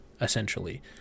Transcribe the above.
essentially